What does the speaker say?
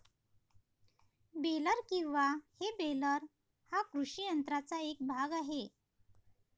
baler किंवा हे baler हा कृषी यंत्राचा एक भाग आहे